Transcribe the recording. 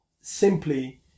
simply